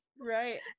Right